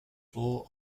floor